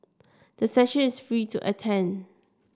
the session is free to attend